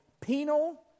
Penal